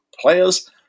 players